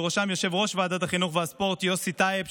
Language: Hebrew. ובראשם ליושב-ראש ועדת החינוך והספורט יוסי טייב,